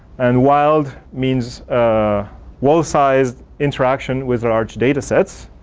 and wild means ah wall-size interaction with large datasets.